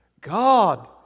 God